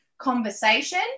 Conversation